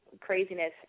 craziness